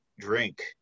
drink